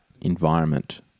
environment